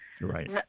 Right